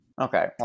Okay